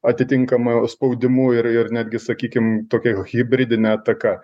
atitinkamu spaudimu ir ir netgi sakykim tokia hibridine ataka